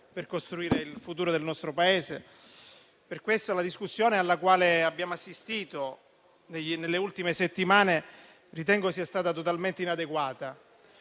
per costruire il futuro del nostro Paese. Per questo, la discussione alla quale abbiamo assistito nelle ultime settimane ritengo sia stata totalmente inadeguata.